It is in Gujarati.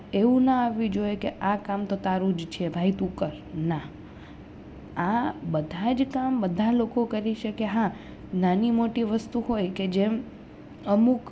એવું ના આવવી જોઈએ કે આ કામ તો તારું જ છે ભાઈ તું કર ના આ બધા જ કામ બધા લોકો કરી શકે હા નાની મોટી વસ્તુ હોય કે જેમ અમુક